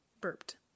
burped